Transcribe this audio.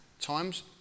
times